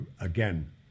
again